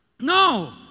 No